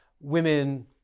women